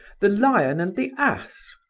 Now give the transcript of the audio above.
the lion and the ass?